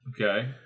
Okay